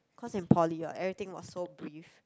cause in poly what everything was so brief